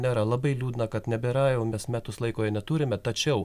nera labai liūdna kad nebėra jau mes metus laiko jo neturime tačiau